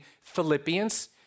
Philippians